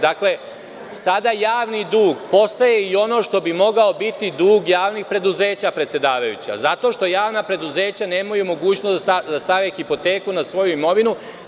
Dakle, sada javni dug postaje i ono što bi mogao biti dug javnih preduzeća, predsedavajuća, zato što javna preduzeća nemaju mogućnost da stave hipoteku na svoju imovinu.